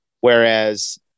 Whereas